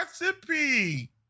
recipe